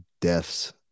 deaths